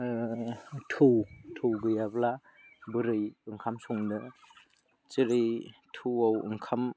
थौ गैयाब्ला बोरै ओंखाम संनो जेरै थौआव ओंखाम